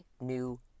new